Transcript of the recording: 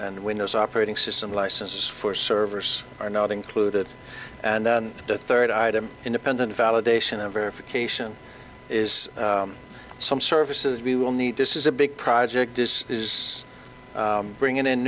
and windows operating system licenses for service are not included and then the third item independent validation of verification is some services we will need this is a big project this is bringing in